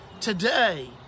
Today